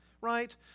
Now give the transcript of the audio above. right